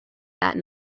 that